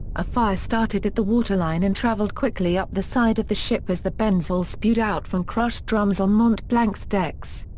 a fire started at the water line and travelled quickly up the side of the ship as the benzol spewed out from crushed drums on mont-blanc's decks.